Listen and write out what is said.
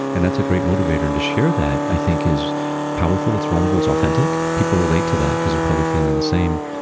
and that's a great motivator and to share that i think is powerful. it's vulnerable it's authentic. authentic. people relate to that because they're probably feeling the same.